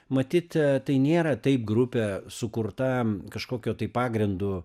matyt tai nėra taip grupė sukurta kažkokiu tai pagrindu